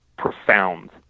profound